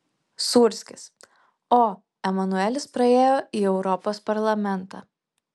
sūrskis o emanuelis praėjo į europos parlamentą